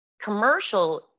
commercial